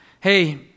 hey